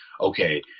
okay